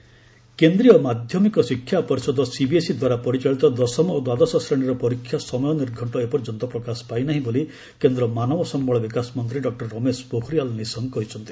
CBSE exam date କେନ୍ଦ୍ରୀୟ ମାଧ୍ୟମିକ ଶିକ୍ଷା ପରିଷଦ ସିବିଏସ୍ଇ ଦ୍ୱାରା ପରିଚାଳିତ ଦଶମ ଓ ଦ୍ୱାଦଶ ଶ୍ରେଣୀର ପରୀକ୍ଷା ସମୟ ନିର୍ଘକ୍ଷ ଏପର୍ଯ୍ୟନ୍ତ ପ୍ରକାଶ ପାଇନାହିଁ ବୋଲି କେନ୍ଦ୍ର ମାନବ ସମ୍ଘଳ ବିକାଶ ମନ୍ତ୍ରୀ ଡକୁର ରମେଶ ପୋଖରୀଆଲ୍ ନିଶଙ୍କ କହିଛନ୍ତି